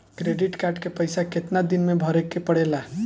Credit card के पइसा कितना दिन में भरे के पड़ेला?